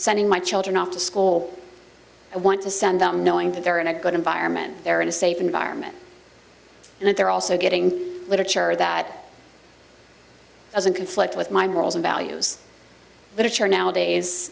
sending my children off to school i want to send them knowing that they're in a good environment they're in a safe environment and that they're also getting literature that doesn't conflict with my morals and values which are nowadays